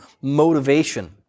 motivation